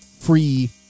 free